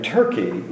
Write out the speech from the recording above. Turkey